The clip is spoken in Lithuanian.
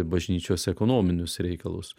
bažnyčios ekonominius reikalus